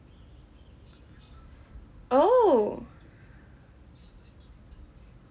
oh